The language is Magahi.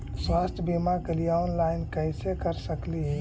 स्वास्थ्य बीमा के लिए ऑनलाइन कैसे कर सकली ही?